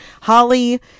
holly